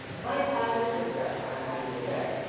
my time is just up, i'm happy to say.